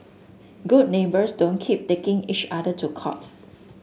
good neighbours don't keep taking each other to court